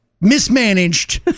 mismanaged